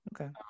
Okay